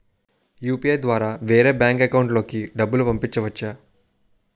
UPI ద్వారా వేరే bank account లోకి డబ్బులు పంపించవచ్చా?